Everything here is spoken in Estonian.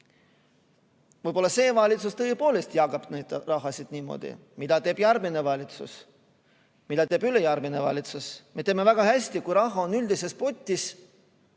Võib-olla see valitsus tõepoolest jagab neid rahasid niimoodi. Mida teeb järgmine valitsus? Mida teeb ülejärgmine valitsus? Me teame väga hästi, et kui raha on üldises potis,